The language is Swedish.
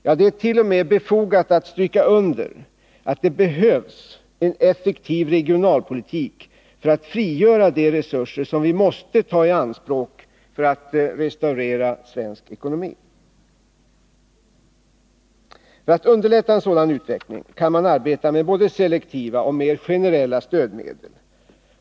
Ja, det är t.o.m. befogat att stryka under att det behövs en effektiv regionalpolitik för att frigöra de resurser vi måste ta i anspråk för att restaurera svensk ekonomi. För att underlätta en sådan utveckling kan man arbeta med både selektiva och mer generella stödmedel.